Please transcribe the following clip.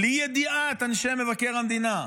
בלי ידיעת אנשי מבקר המדינה,